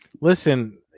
Listen